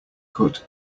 cut